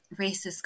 racist